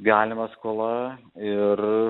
galima skola ir